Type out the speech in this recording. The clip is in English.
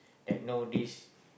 that know this